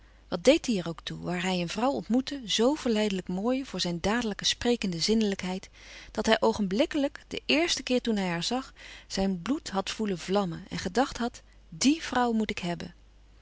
wat deed die er ook toe waar hij een vrouw ontmoette zoo verleidelijk mooi voor zijn dadelijk sprekende zinnelijkheid dat hij oogenblikkelijk den eersten keer toen hij haar zag zijn bloed had voelen vlammen en gedacht had die vrouw moet ik hebben